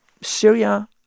Syria